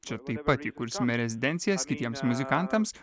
čia taip pat įkursime rezidencijas kitiems muzikantams